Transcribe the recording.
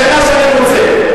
זה מה שאני רוצה.